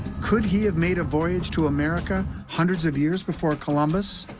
could he have made a voyage to america hundreds of years before columbus?